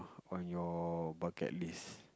on your bucket list